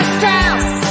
Strauss